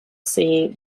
see